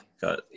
Got